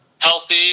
healthy